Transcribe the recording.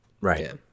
Right